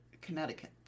Connecticut